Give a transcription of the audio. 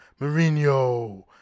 Mourinho